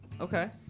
Okay